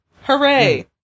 hooray